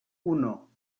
uno